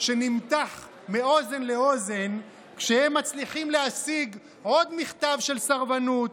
שנמתח מאוזן לאוזן כשהם מצליחים להשיג עוד מכתב של סרבנות,